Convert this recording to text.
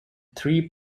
three